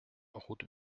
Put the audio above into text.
route